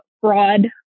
fraud